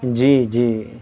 جی جی